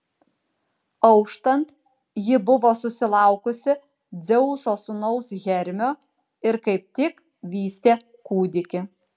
auštant ji buvo susilaukusi dzeuso sūnaus hermio ir kaip tik vystė kūdikį